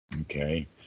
Okay